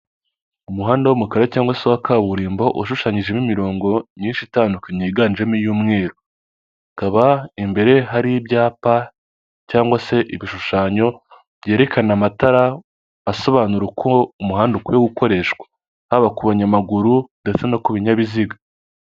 Umuhanda w'umukara cyangwa se uwa kaburimbo ushushanyijemo imirongo myinshi itandukanye yiganjemo iy'umweru, hakaba imbere hari ibyapa cyangwa se ibishushanyo byerekana amatara, asobanura uko umuhanda ukwiye gukoreshwa, haba ku banyamaguru ndetse no ku binyabiziga.